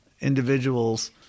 individuals